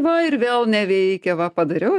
va ir vėl neveikia va padariau